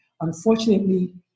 Unfortunately